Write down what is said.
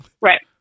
Right